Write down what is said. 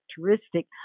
characteristic